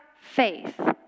faith